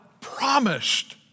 promised